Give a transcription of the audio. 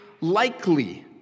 likely